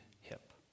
hip